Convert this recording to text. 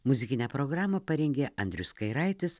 muzikinę programą parengė andrius kairaitis